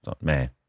Man